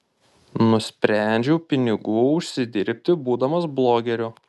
nusprendžiau pinigų užsidirbti būdamas blogeriu